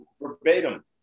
verbatim